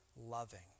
loving